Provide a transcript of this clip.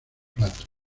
platos